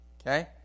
Okay